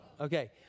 Okay